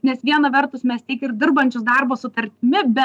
nes viena vertus mes tiek ir dirbančius darbo sutartimi be